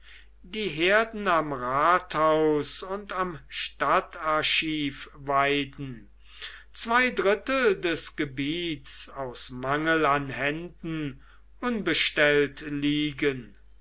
die herden am rathaus und am stadtarchiv weiden zwei drittel des gebiets aus mangel an händen unbestellt liegen